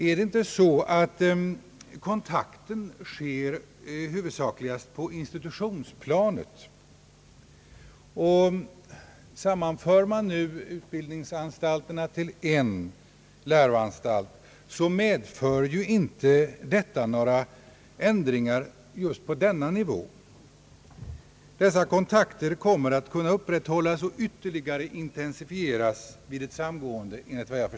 Är det inte så, att kontakter etableras huvudsakligast på institutionsplanet? Sammanför man nu utbildningsanstalterna till en läroanstalt medför ju inte detta några ändringar just på denna nivå. Dessa kontakter kommer enligt vad jag förstår att kunna upprätthållas och ytterligare intensifieras även vid ett samgående.